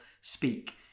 speak